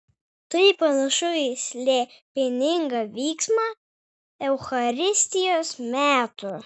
tai panašu į slėpiningą vyksmą eucharistijos metu